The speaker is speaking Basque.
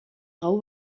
gau